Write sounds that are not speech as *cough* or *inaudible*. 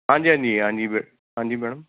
ਹਾਂਜੀ ਹਾਂਜੀ ਹਾਂਜੀ *unintelligible* ਹਾਂਜੀ ਮੈਡਮ